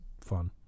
fun